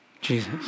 Jesus